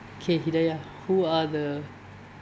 okay hidaya who are the